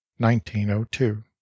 1902